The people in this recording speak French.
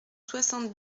soixante